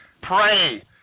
Pray